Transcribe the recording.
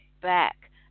back